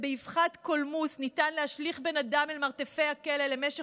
ובאבחת קולמוס ניתן להשליך בן אדם למרתפי הכלא למשך